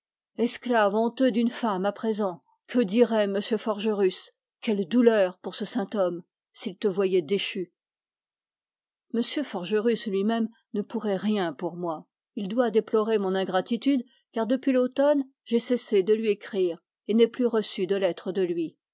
esclave honteux d'une femme à présent que dirait m forgerus quelle douleur pour ce saint homme s'il te voyait déchu m forgerus lui-même ne pourrait rien pour moi il doit déplorer mon ingratitude car depuis l'automne j'ai cessé de lui écrire et n'ai plus reçu de lettres de lui